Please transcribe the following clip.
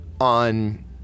on